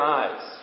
eyes